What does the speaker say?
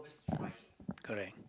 correct